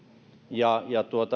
ja